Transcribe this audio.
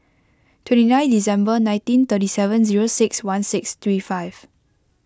twenty nine December nineteen thirty seven zero six one six three five